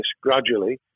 gradually